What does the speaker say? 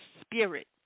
spirit